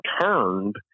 turned